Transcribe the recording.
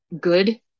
good